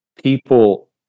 people